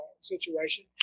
situation